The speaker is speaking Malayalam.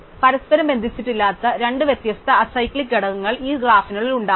പരസ്പരം ബന്ധിപ്പിച്ചിട്ടില്ലാത്ത രണ്ട് വ്യത്യസ്ത അസൈക്ലിക് ഘടകങ്ങൾ ഈ ഗ്രാഫിനുള്ളിൽ ഉണ്ടാവാം